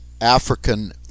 African